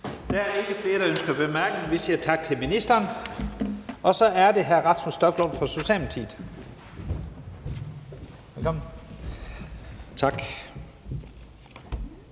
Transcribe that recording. Der er ikke flere, der ønsker korte bemærkninger. Vi siger tak til ministeren. Så er det hr. Rasmus Stoklund fra Socialdemokratiet. Velkommen. Kl.